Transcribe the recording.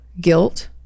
guilt